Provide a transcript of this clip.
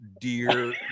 dear